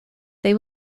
they